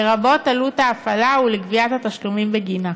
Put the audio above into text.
לרבות עלות ההפעלה וגביית התשלומים בגינה".